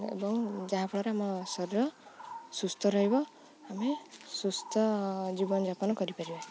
ଏବଂ ଯାହାଫଳରେ ଆମ ଶରୀର ସୁସ୍ଥ ରହିବ ଆମେ ସୁସ୍ଥ ଜୀବନଯାପନ କରିପାରିବା